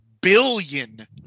billion